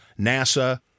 NASA